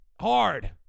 hard